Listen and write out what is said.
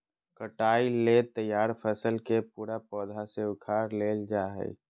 कटाई ले तैयार फसल के पूरे पौधा से उखाड़ लेल जाय हइ